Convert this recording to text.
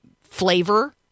flavor